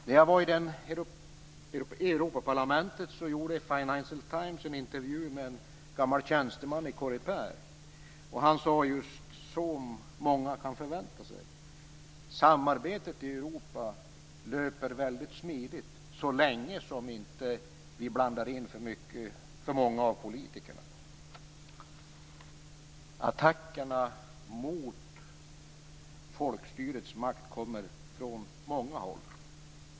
När jag var i Europaparlamentet gjorde Financial Times en intervju med en gammal tjänsteman i Coreper, och han sade just, som många kan förvänta sig: Samarbetet i Europa löper väldigt smidigt, så länge som vi inte blandar in för många av politikerna. Attackerna mot folkstyrets makt kommer från många håll.